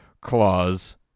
clause